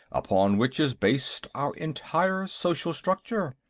upon which is based our entire social structure.